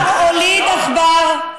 ההר הוליד עכבר,